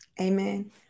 Amen